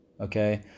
Okay